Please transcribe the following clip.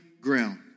ground